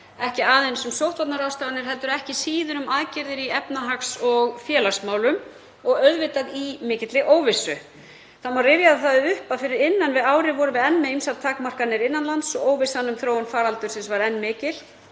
ekki aðeins um sóttvarnaráðstafanir heldur ekki síður um aðgerðir í efnahags- og félagsmálum og auðvitað í mikilli óvissu. Það má rifja það upp að fyrir innan við ári vorum við enn með ýmsar takmarkanir innan lands og óvissan um þróun faraldursins var enn mikil